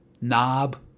knob